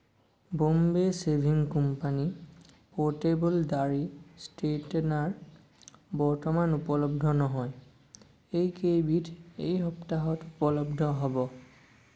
Bombay shaving company portable দাড়়ি straightener বৰ্তমান উপলব্ধ নহয় এইকেইবিধ এই সপ্তাহত উপলব্ধ হ'ব